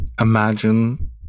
Imagine